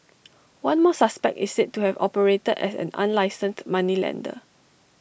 one more suspect is said to have operated as an unlicensed moneylender